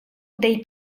dei